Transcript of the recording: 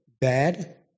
bad